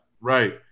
Right